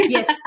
Yes